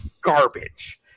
Garbage